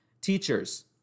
Teachers